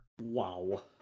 Wow